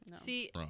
See